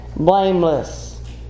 blameless